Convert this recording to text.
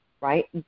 right